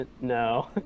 no